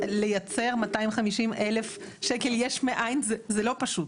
לייצא 250,000 שקל יש מאין זה לא פשוט.